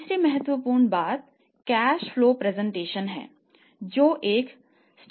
तीसरी महत्वपूर्ण बात कैश फ्लो प्रेजेंटेशन है